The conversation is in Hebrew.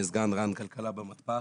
אני סגן רע"ן כלכלה במתפ"ש.